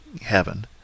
heaven